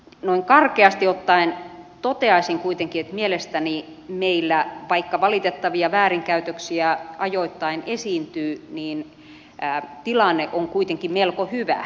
noin karkeasti ottaen toteaisin kuitenkin että mielestäni meillä vaikka valitettavia väärinkäytöksiä ajoittain esiintyy tilanne on kuitenkin melko hyvä